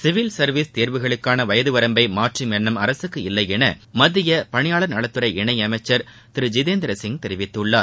civil service தேர்வுகளுக்கான வயது வரம்பப மாற்றம் எண்ணம் அரசுக்கு இல்லையென மத்திய பணியாளர் இணையமைச்சர் திரு ஜிதேந்திரசிங் தெரிவித்துள்ளார்